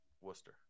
Worcester